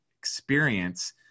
experience